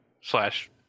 slash